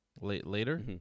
Later